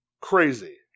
crazy